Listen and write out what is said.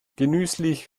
genüsslich